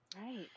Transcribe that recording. Right